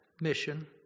mission